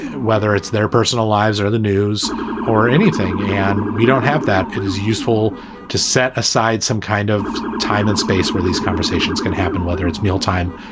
whether it's their personal lives or the news or anything. and we don't have that. it is useful to set aside some kind of time and space where these conversations can happen, whether it's mealtime,